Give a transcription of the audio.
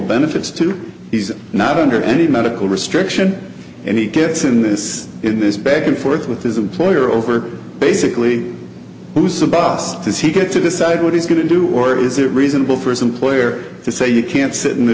benefits to he's not under any medical restriction and he gets in this in this back and forth with his employer over basically who's a boss does he get to decide what he's going to do or is it reasonable for his employer to say you can't sit in the